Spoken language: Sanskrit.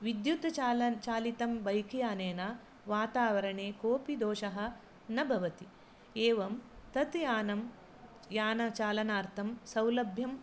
विद्युत् चाल चालितं बैक् यानेन वातावरणे कोपि दोषः न भवति एवं तत् यानं यानचालनार्थं सौलभ्यं